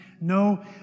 no